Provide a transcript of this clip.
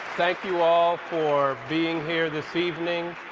thank you all for being here this evening.